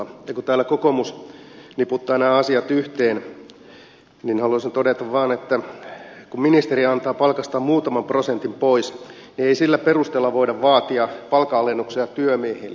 ja kun täällä kokoomus niputtaa nämä asiat yhteen niin haluaisin todeta vaan että kun ministeri antaa palkastaan muutaman prosentin pois niin ei sillä perusteella voida vaatia palkanalennuksia työmiehille